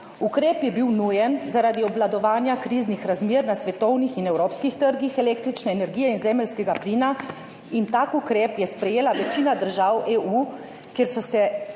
Ukrep je bil nujen zaradi obvladovanja kriznih razmer na svetovnih in evropskih trgih električne energije in zemeljskega plina in tak ukrep je sprejela večina držav EU, kjer se je